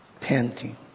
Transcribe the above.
panting